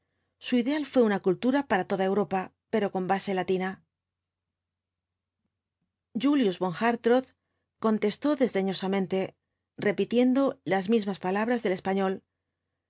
su ideal fué una cultura para toda europa pero con base latina julius von hartrott contestó desdeñosamente repitiendo las mismas palabras del español